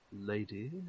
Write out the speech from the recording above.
lady